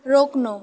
रोक्नु